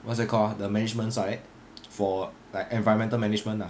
what's that called ah the management side for like environmental management ah